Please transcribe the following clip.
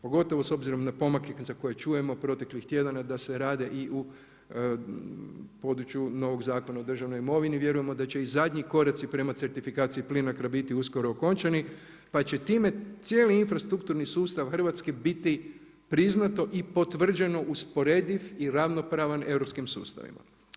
Pogotovo s obzirom na pomak za koje čujemo proteklih tjedana da se rade i u području novog Zakona o državnoj imovini, vjerujemo da će i zadnji koraci prema certifikaciji PLINACRO-a biti uskoro okončani pa će time cijeli infrastrukturni sustav Hrvatske biti priznato i potvrđeno usporediv i ravnopravan europskim sustavim.